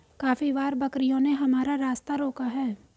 काफी बार बकरियों ने हमारा रास्ता रोका है